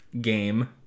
Game